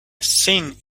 thing